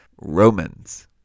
Romans